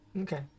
Okay